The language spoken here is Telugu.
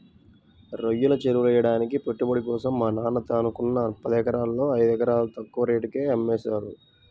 రొయ్యల చెరువులెయ్యడానికి పెట్టుబడి కోసం మా నాన్న తనకున్న పదెకరాల్లో ఐదెకరాలు తక్కువ రేటుకే అమ్మేశారు